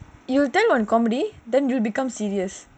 you will tell on comedy then you become serious